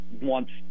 wants